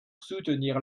soutenir